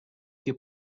que